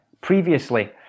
previously